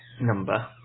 number